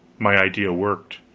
my idea worked.